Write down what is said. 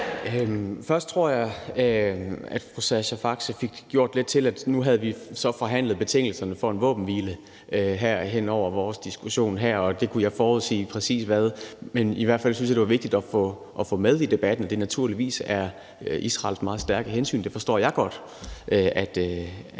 Først tror jeg, at fru Sascha Faxe fik gjort det lidt til, at vi så nu havde forhandlet betingelserne for en våbenhvile her hen over vores diskussion, og der kunne jeg forudsige præcis hvad. Men i hvert fald synes jeg, det var vigtigt at få med i debatten, at det naturligvis er Israels meget stærke hensyn. Det forstår jeg godt